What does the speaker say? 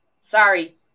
sorry